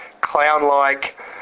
clown-like